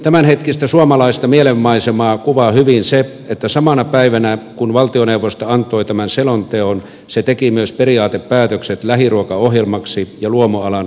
tämänhetkistä suomalaista mielenmaisemaa kuvaa hyvin se että samana päivänä kun valtioneuvosto antoi tämän selonteon se teki myös periaatepäätökset lähiruokaohjelmaksi ja luomualan kehittämisohjelmaksi